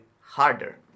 harder